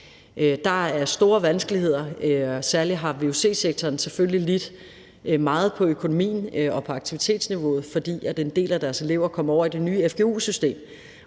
Der er store vanskeligheder. Særlig har vuc-sektoren selvfølgelig lidt meget i forhold til økonomien og aktivitetsniveauet, fordi en del af deres elever er kommet over i det nye fgu-system.